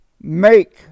make